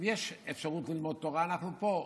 אם יש אפשרות ללמוד תורה, אנחנו פה.